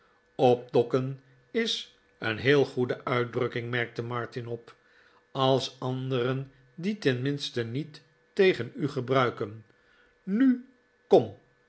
opdokken is een heel goede uitdrukicing merkte martin op als anderen die tenminste niet tegen u gebruiken nu kom